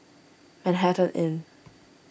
Manhattan Inn